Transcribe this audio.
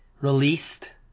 released